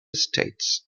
states